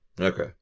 okay